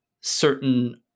certain